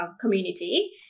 community